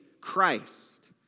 Christ